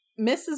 Mrs